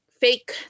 fake